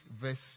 verse